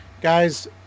guys